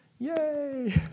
Yay